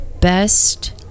best